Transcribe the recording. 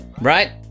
Right